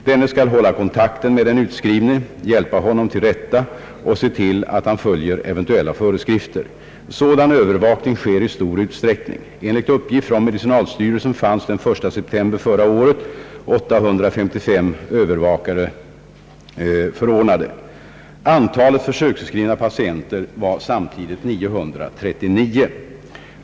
Denne skall hålla kontakt med den utskrivne, hjälpa honom till rätta och se till att han följer eventuella föreskrifter. Sådan övervakning sker i stor utsträckning. Enligt uppgift från medicinalstyrelsen fanns den 1 september förra året 855 övervakare förordnade. Antalet försöksutskrivna patienter var samtidigt 939.